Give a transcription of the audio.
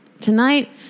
Tonight